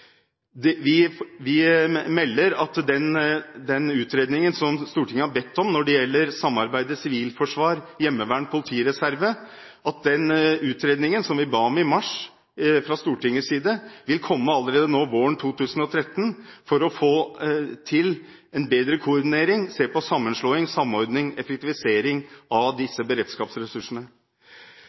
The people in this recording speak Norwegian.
situasjoner. Vi melder at den utredningen som Stortinget har bedt om når det gjelder samarbeidet mellom sivilforsvar, hjemmevern, politireserve – den utredningen som vi fra Stortingets side ba om i mars – vil komme allerede våren 2013 for å få til en bedre koordinering, se på sammenslåing, samordning, og effektivisering av